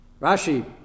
Rashi